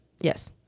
yes